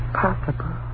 possible